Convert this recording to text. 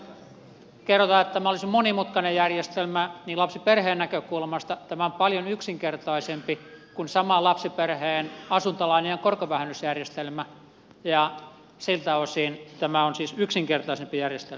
kun tässä kerrotaan että tämä olisi monimutkainen järjestelmä niin lapsiperheen näkökulmasta tämä on paljon yksinkertaisempi kuin saman lapsiperheen asuntolainojen korkovähennysjärjestelmä ja siltä osin tämä on siis yksinkertaisempi järjestelmä